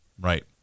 Right